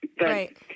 Right